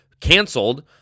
canceled